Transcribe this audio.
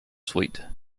suite